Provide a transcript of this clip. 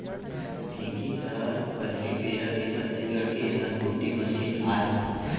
ढेंकी हर पहिली बेरा के छत्तीसगढ़ के धनकुट्टी मसीन आय